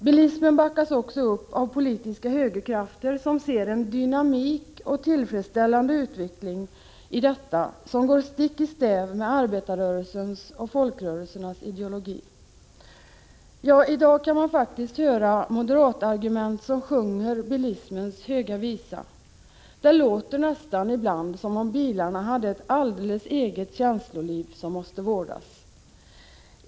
Bilismen backas också upp av politiska högerkrafter som ser en dynamik och tillfredsställande utveckling i detta, som går stick i stäv mot arbetarrörelsens och folkrörelsernas ideologi. I dag kan man faktiskt höra moderater som sjunger bilismens höga visa. Det låter ibland nästan som om bilarna hade ett alldeles eget känsloliv som måste vårdas.